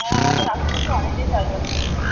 হ্যাঁ আমাদের আশেপাশে অনেকেই চাষবাস করে থাকে